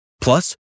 Plus